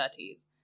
1930s